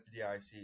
FDIC